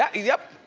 yup,